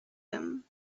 him